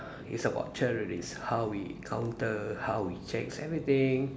it's about terrorist how we counter how we check everything